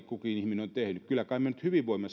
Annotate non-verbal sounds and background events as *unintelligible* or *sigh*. *unintelligible* kukin ihminen on tehnyt mutta kyllä kai me nyt hyvin voimme *unintelligible*